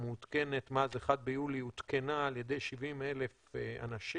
המעודכנת מאז ה-1 ביולי עודכנה על ידי 70,000 אנשים